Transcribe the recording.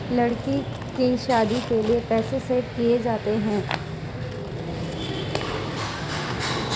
लड़की की शादी के लिए पैसे सेव किया जाता है